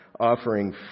offering